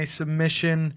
submission